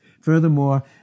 Furthermore